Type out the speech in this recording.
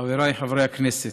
חבריי חברי הכנסת,